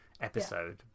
episode